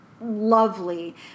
lovely